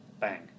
bang